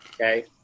Okay